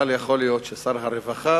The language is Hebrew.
אבל יכול להיות ששר הרווחה